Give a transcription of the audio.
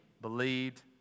believed